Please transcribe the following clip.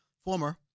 former